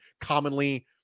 commonly